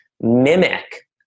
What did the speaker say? mimic